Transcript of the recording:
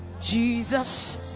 Jesus